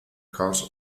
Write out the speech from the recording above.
cause